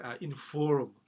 inform